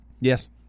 Yes